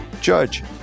Judge